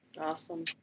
Awesome